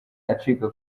acika